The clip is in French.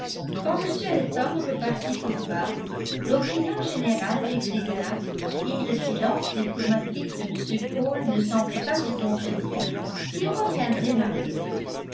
quand m elton repartit pour bath l'opinion générale décréta et le silence diplomatique de m cole ne semblait pas y contredire qu'il reviendrait marié